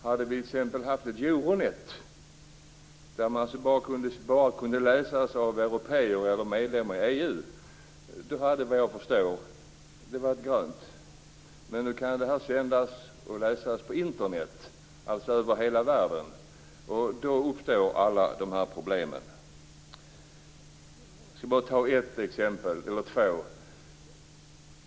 Hade det funnits t.ex. ett euronet som bara kunde läsas av européer eller av medlemmar i EU då hade det varit lättare att förstå, men när nu uppgifterna kan läsas på Internet - alltså över hela världen - uppstår alla dessa problem. Jag skall ta upp ett par exempel.